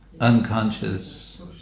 unconscious